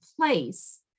place